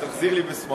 היא תחזיר לי בשמחות.